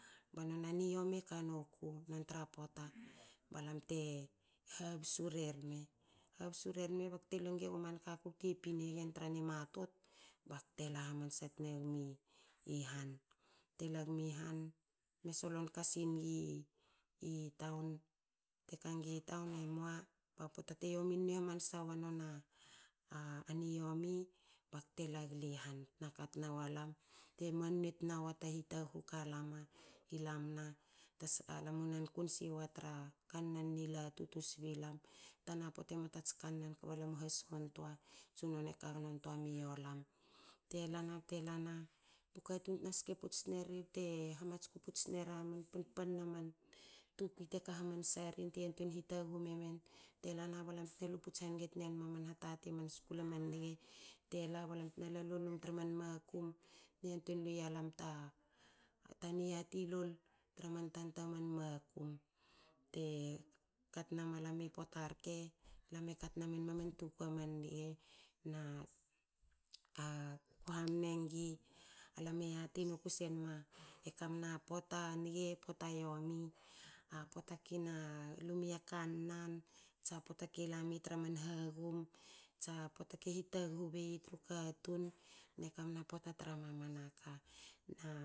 Ba nona niomi eka noku nontra pota. balam te habsu rerme. habsu rerme bakte lue nga manka kute pin egen tra nimatut. bakte la hamansa tna nig i han. te lagi han. me solon kasi nigi taun, te kanigi taun emua. bapota te yominwe hamansa wa nona niomi. bakte lagli han tna ka tna walam te muan nue tna wa ta hitaguhu ka lami lamna tsa lamu nan ku siwa tra kannan kba lamu hasingon toa tsunono kagnon tua miolam. te lana. te lanabu katun tna ske puts tnera man panpanna man tukui te ka hamansa rin te yantuen hitaguhu memen te lana balam tena luputs haninge tne ma man hatati. Man skul aman nge tela ba lam tna la lolnum. tra man makum tna yantuei lui lam ta niatilol tra man tanta man makum te ka tna malam. Pota rke. lame katna menma man tukui man nge na ako kamengi alam e yati noku senma kamua pota nge. pota yomi. a pota kina lu mia kannan. tsa pota kila mi traman hagum. tsa pota ke hitaghu bei tru katun ne kamna pota tra mamana ka na